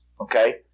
okay